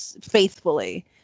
faithfully